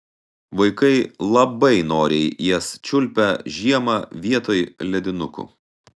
vaikai labai noriai jas čiulpia žiemą vietoj ledinukų